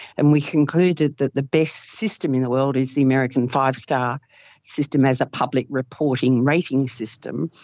and we concluded that the best system in the world is the american five-star system as a public reporting rating system.